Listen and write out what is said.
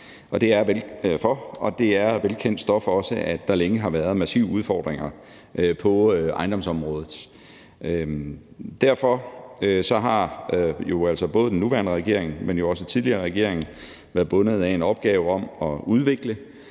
og det er også velkendt stof, at der længe har været massive udfordringer på ejendomsområdet. Derfor har både den nuværende regering og også den tidligere regering været bundet af en opgave om at udvikle